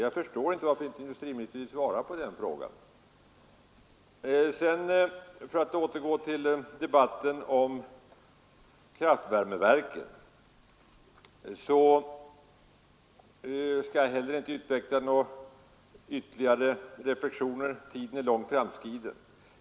Jag förstår inte varför industriministern inte svarar på den frågan. För att återgå till debatten om kraftvärmeverk skall jag inte heller därvidlag utveckla några ytterligare reflexioner — tiden är långt framskriden.